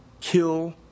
kill